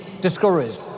discouraged